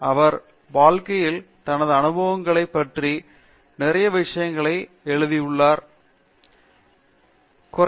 அவர் வாழ்க்கையில் தனது அனுபவங்களைப் பற்றி நிறைய விஷயங்களை எழுதியுள்ளார் நன்றி